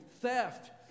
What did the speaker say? theft